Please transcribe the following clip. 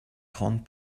grandes